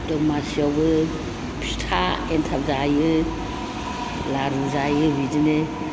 दमासियावबो फिथा एन्थाब जायो लारु जायो बिदिनो